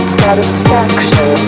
satisfaction